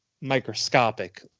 microscopic